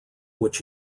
which